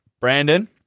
Brandon